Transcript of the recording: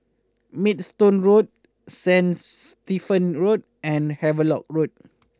Maidstone Road Saint Stephen Road and Havelock Road